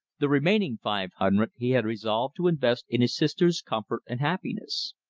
the remaining five hundred he had resolved to invest in his sister's comfort and happiness.